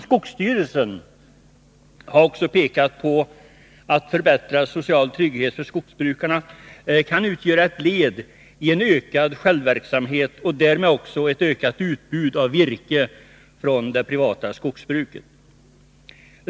Skogsstyrelsen har också pekat på att förbättrad social trygghet för skogsbrukarna kan utgöra ett led i en ökad självverksamhet och därmed också medföra ett ökat utbud av virke från det privata skogsbruket.